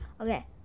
Okay